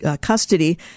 custody